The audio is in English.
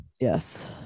Yes